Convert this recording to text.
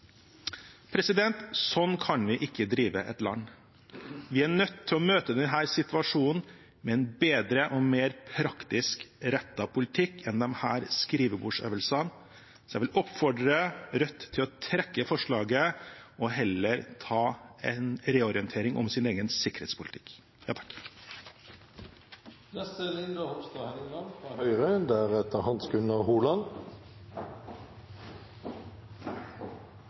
Sånn kan vi ikke drive et land. Vi er nødt til å møte denne situasjonen med en bedre og mer praktisk rettet politikk enn disse skrivebordsøvelsene, så jeg vil oppfordre Rødt til å trekke forslaget og heller ta en reorientering om sin egen sikkerhetspolitikk. Situasjonen for jordbruket er